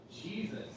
Jesus